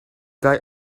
guy